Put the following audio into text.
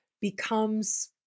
becomes